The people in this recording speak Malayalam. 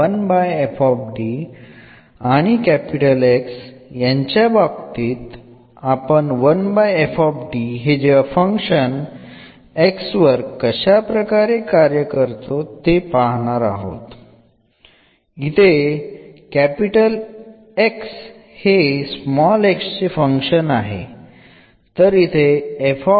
ഒരു ൻറെ ഫംഗ്ഷനിൽ എങ്ങനെ ഓപ്പറേറ്റ് ചെയ്യാം എന്നത് നമ്മൾ ഇവിടെ കാണും